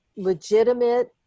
legitimate